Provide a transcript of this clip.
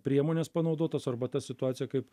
priemonės panaudotos arba ta situacija kaip